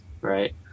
right